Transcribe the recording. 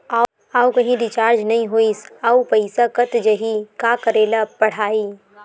आऊ कहीं रिचार्ज नई होइस आऊ पईसा कत जहीं का करेला पढाही?